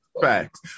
Facts